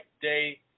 day